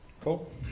Cool